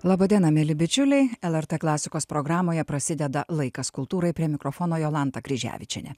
laba diena mieli bičiuliai lrt klasikos programoje prasideda laikas kultūrai prie mikrofono jolanta kryževičienė